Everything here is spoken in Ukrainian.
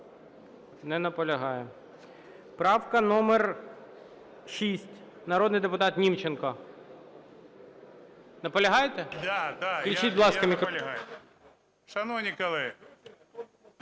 Не наполягає. Правка номер 6, народний депутат Німченко. Наполягаєте? Включіть, будь ласка, мікрофон.